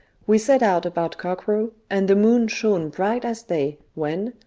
we set out about cockcrow, and the moon shone bright as day, when,